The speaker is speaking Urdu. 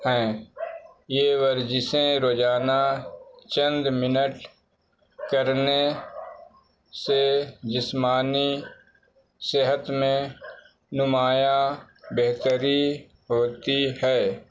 ہیں یہ ورزشیں روزانہ چند منٹ کرنے سے جسمانی صحت میں نمایاں بہتری ہوتی ہے